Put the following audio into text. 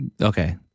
Okay